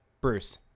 Bruce